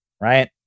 right